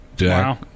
wow